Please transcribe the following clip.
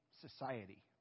society